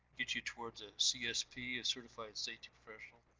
get you towards a csp, a certified safety professional.